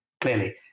clearly